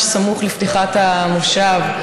ממש סמוך לפתיחת המושב.